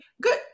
good